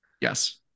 Yes